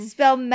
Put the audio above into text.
Spell